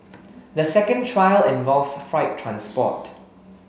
the second trial involves freight transport